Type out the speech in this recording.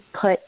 put